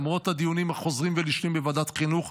למרות הדיונים החוזרים ונשנים בוועדת החינוך.